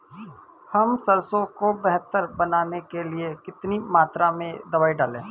हम सरसों को बेहतर बनाने के लिए कितनी मात्रा में दवाई डालें?